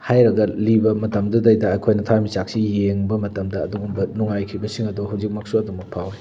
ꯍꯥꯏꯔꯒ ꯂꯤꯕ ꯃꯇꯝꯗꯨꯗꯩꯗ ꯑꯩꯈꯣꯏꯅ ꯊꯋꯥꯟ ꯃꯤꯆꯥꯛꯁꯤ ꯌꯦꯡꯕ ꯃꯇꯝꯗ ꯑꯗꯨꯒꯨꯝꯕ ꯅꯨꯡꯉꯥꯏꯈꯤꯕꯁꯤꯡ ꯑꯗꯣ ꯍꯧꯖꯤꯛꯃꯛꯁꯨ ꯑꯗꯨꯃꯛ ꯐꯥꯎꯋꯦ